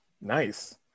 nice